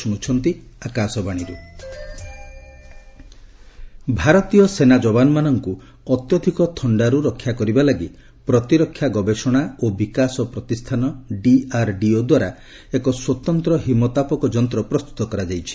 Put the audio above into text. ହିମତାପକ ଭାରତୀୟ ସେନା ଯବାନମାନଙ୍କୁ ଅତ୍ୟଧିକ ଥକ୍ଷାରୁ ରକ୍ଷା କରିବା ଲାଗି ପ୍ରତିରକ୍ଷା ଗବେଷଣା ଓ ବିକାଶ ପ୍ରତିଷ୍ଠାନ ଦ୍ୱାରା ଏକ ସ୍ୱତନ୍ତ୍ର ହିମତାପକ ଯନ୍ତ୍ର ପ୍ରସ୍ତୁତ କରାଯାଇଛି